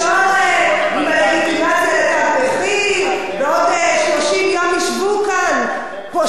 עם הלגיטימציה ל"תג מחיר" בעוד 30 יום ישבו כאן פושעי "תג מחיר",